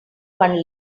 one